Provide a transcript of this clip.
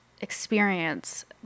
experience